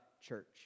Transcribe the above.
church